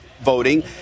voting